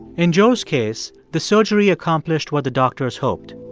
in joe's case, the surgery accomplished what the doctors hoped.